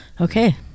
okay